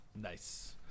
Nice